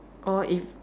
or if